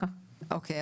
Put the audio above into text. אוקי.